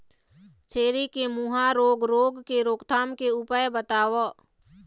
छेरी के मुहा रोग रोग के रोकथाम के उपाय बताव?